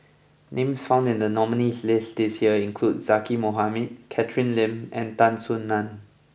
names found in the nominees' list this year include Zaqy Mohamad Catherine Lim and Tan Soo Nan